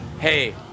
hey